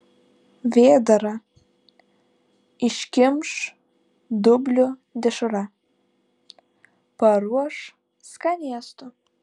vėdarą iškimš dublių dešrą paruoš skanėstų